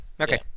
Okay